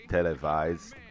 Televised